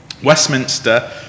Westminster